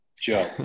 Joe